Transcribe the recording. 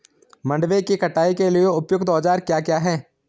मंडवे की कटाई के लिए उपयुक्त औज़ार क्या क्या हैं?